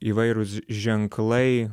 įvairūs ženklai